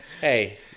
Hey